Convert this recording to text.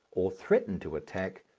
or threaten to attack,